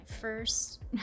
first